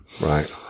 Right